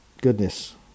goodness